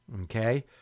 okay